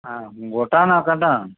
হ্যাঁ গোটা না কাটা